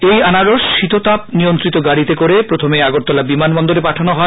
এই আনারস শীতাতপ নিয়ন্ত্রিত গাডিতে করে প্রথমে আগরতলা বিমানবন্দরে পাঠানো হয়